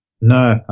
No